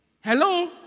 Hello